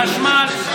החשמל,